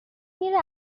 میره